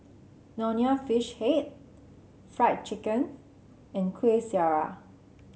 Nonya Fish Head Fried Chicken and Kueh Syara